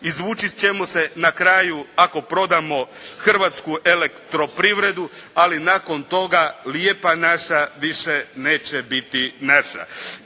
Izvući ćemo se na kraju ako prodamo Hrvatsku elektroprivredu ali nakon toga lijepa naša više neće biti naša.